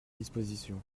disposition